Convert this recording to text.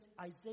Isaiah